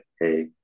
Hey